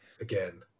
Again